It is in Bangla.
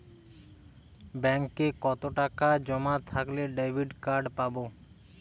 ব্যাঙ্কে কতটাকা জমা থাকলে ডেবিটকার্ড পাব?